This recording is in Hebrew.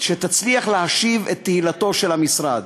שתצליח להשיב את תהילתו של המשרד.